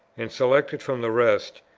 and select it from the rest,